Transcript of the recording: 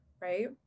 right